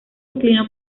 inclinó